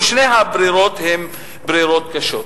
ושתי הברירות הן ברירות קשות.